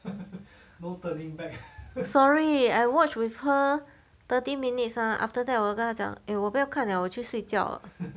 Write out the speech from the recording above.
sorry I watch with her thirty minutes ah after that 我跟她讲 eh 我不要看 liao 我去睡觉